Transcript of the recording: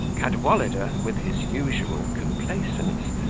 cadwallader, with his usual complaisance,